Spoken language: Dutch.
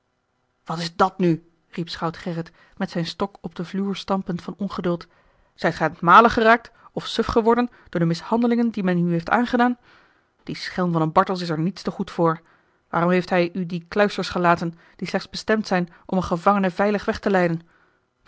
wat is dàt nu riep schout gerrit met zijn stok op den vloer stampend van ongeduld zijt gij aan t malen geraakt of suf geworden door de mishandelingen die men u heeft aangedaan die schelm van een bartels is er niets te goed voor waarom heeft hij u die kluisters gelaten die slechts bestemd zijn om een gevangene veilig weg te leiden